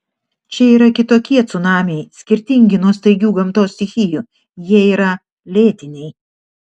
čia yra kitokie cunamiai skirtingi nuo staigių gamtos stichijų jie yra lėtiniai